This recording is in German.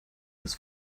des